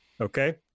okay